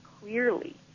clearly